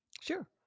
Sure